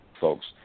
folks